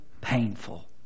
painful